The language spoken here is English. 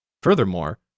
Furthermore